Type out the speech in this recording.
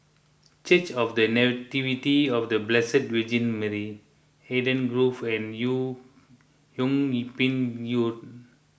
Church of the Nativity of the Blessed Virgin Mary Eden Grove and Yung Yung Ping Road